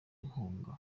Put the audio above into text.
inkunga